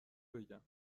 بگم